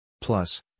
Plus